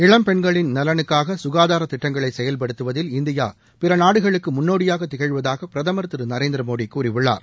இளம்பெண்களின் நலனுக்காக சுகாதார திட்டங்களை செயல்படுத்துவதில் இந்தியா பிறநாடுகளுக்கு முன்னோடியாக திகழ்வதாக பிரதமர் திரு நரேந்திரமோடி கூறியுள்ளார்